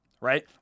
right